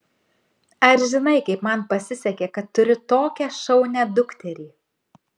ar žinai kaip man pasisekė kad turiu tokią šaunią dukterį